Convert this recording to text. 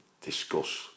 discuss